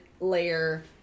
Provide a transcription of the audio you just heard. layer